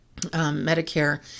Medicare